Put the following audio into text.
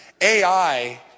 AI